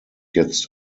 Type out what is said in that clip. jetzt